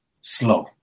slow